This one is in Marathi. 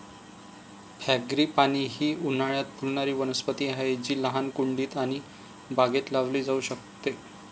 फ्रॅगीपानी ही उन्हाळयात फुलणारी वनस्पती आहे जी लहान कुंडीत आणि बागेत लावली जाऊ शकते